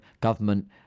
government